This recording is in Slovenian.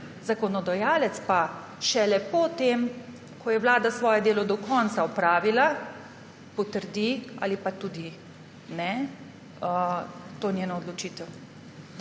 zakonodajalec pa šele po tem, ko je Vlada svoje delo do konca opravila, potrdi ali pa tudi ne to njeno odločitev.